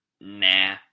nah